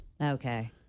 okay